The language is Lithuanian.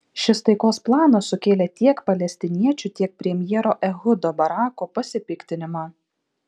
šis taikos planas sukėlė tiek palestiniečių tiek premjero ehudo barako pasipiktinimą